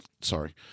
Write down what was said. sorry